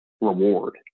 reward